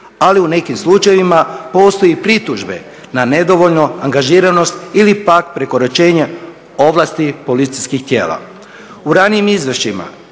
ali u nekim slučajevima postoje pritužbe na nedovoljnu angažiranost ili pak prekoračenje ovlasti policijskih tijela. U ranijim izvješćima